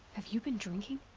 have you been drinking?